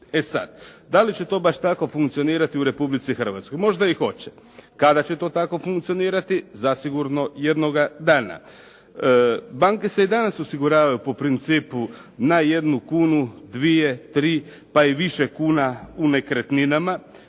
E sad, da li će to baš tako funkcionirati u Republici Hrvatskoj? Možda i hoće. Kada će to tako funkcionirati? Zasigurno jednoga dana. Banke se i danas osiguravaju po principu na 1 kunu, 2, 3 pa i više kuna u nekretninama,